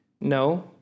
No